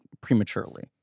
prematurely